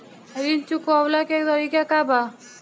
ऋण चुकव्ला के तरीका का बा?